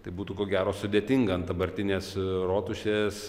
tai būtų ko gero sudėtinga ant dabartinės rotušės